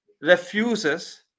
refuses